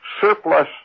surplus